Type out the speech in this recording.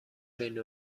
بین